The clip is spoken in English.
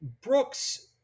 Brooks